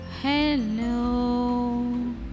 Hello